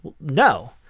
no